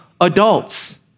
adults